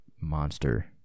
monster